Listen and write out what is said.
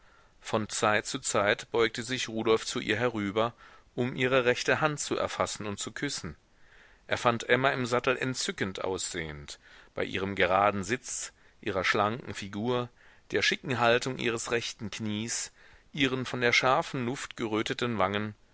von zeit zu zeit beugte sich rudolf zu ihr herüber um ihre rechte hand zu erfassen und zu küssen er fand emma im sattel entzückend aussehend bei ihrem geraden sitz ihrer schlanken figur der schicken haltung ihres rechten knies ihren von der scharfen luft geröteten wangen